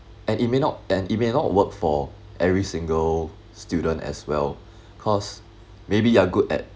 and it may not and it may not work for every single student as well cause maybe you are good at